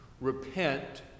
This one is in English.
repent